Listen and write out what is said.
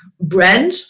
brand